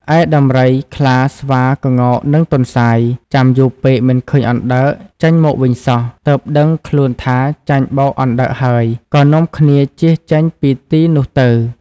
ឯដំរី ខ្លា ស្វា ក្ងោក និងទន្សាយ ចាំយូរពេកមិនឃើញអណ្ដើកចេញមកវិញសោះ ទើបដឹងខ្លួនថាចាញ់បោកអណ្ដើកហើយ ក៏នាំគ្នាជៀសចេញពីទីនោះទៅ។